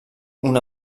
una